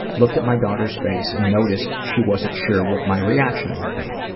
looked at my daughter's face, and noticed she wasn't sure what my reaction would be.